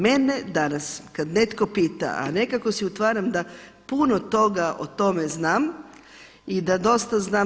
Mene danas kada netko pita a nekako si utvaram da puno toga o tome znam i da dosta znam.